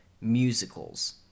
musicals